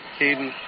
Caden